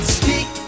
speak